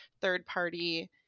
third-party